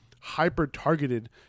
hyper-targeted